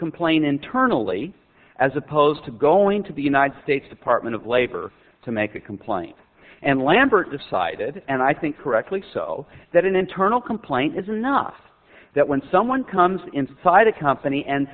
complain internally as opposed to going to be united states department of labor to make a complaint and lambert decided and i think correctly so that an internal complaint is enough that when someone comes inside the company and